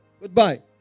Goodbye